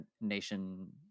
nation